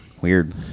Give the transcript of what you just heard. Weird